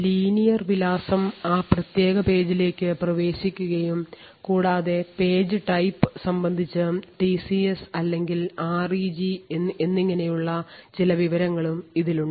linear വിലാസം ആ പ്രത്യേക പേജിലേക്ക് പ്രവേശിക്കുകയും കൂടാതെ പേജ് type സംബന്ധിച്ച് ടിസിഎസ് അല്ലെങ്കിൽ ആർഇജി എന്നിങ്ങനെയുള്ള ചില വിവരങ്ങളും ഇതിലുണ്ട്